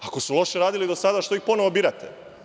Ako su loše radili do sada što ih ponovo birate?